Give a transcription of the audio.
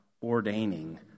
ordaining